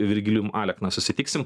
virgilijum alekna susitiksim